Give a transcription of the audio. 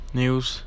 news